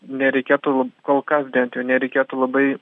nereikėtų kol kas bent jau nereikėtų labai